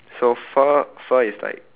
so fur fur is like